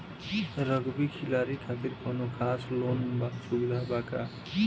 Rugby खिलाड़ी खातिर कौनो खास लोन सुविधा बा का?